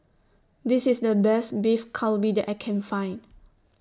This IS The Best Beef Galbi that I Can Find